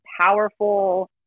powerful